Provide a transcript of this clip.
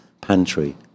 pantry